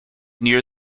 near